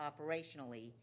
operationally